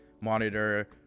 monitor